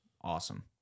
Awesome